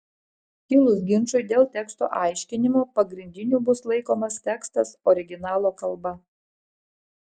kilus ginčui dėl teksto aiškinimo pagrindiniu bus laikomas tekstas originalo kalba